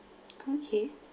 okay